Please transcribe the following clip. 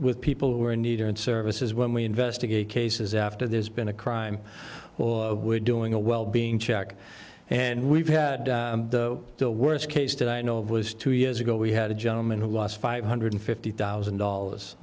with people who are in need or in service is when we investigate cases after there's been a crime or we're doing a well being check and we've had the worst case that i know of was two years ago we had a gentleman who lost five hundred and fifty thousand dollars